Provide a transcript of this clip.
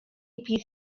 bydd